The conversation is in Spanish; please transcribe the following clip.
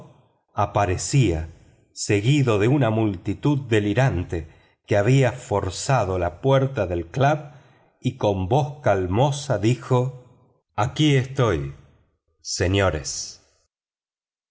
aparecía seguido de una multitud delirante que había forzado la puerta del club y con voz calmosa dijo aquí estoy señores